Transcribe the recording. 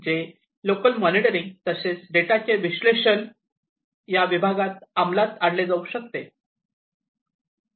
जे local monitoring तसेच data चे विश्लेषण या विभागात अमलात आणले जाऊ शकते